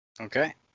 Okay